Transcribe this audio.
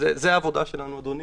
--- זו העבודה שלנו, אדוני.